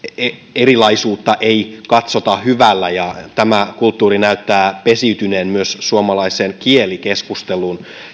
erilaisuutta ei katsota hyvällä ja tämä kulttuuri näyttää pesiytyneen myös suomalaiseen kielikeskusteluun